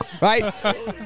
Right